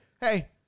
hey